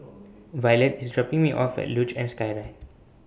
Violette IS dropping Me off At Luge and Skyride